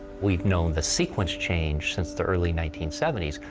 we've known the sequence change since the early nineteen seventy s.